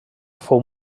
fou